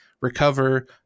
recover